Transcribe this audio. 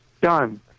Done